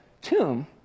tomb